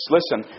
Listen